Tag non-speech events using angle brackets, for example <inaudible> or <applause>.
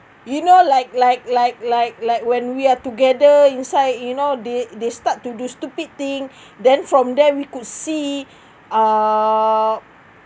you know like like like like like when we are together inside you know they they start to do stupid thing <breath> then from them we could see err